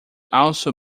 also